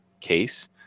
case